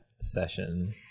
session